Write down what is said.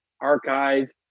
archive